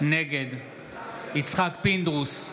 נגד יצחק פינדרוס,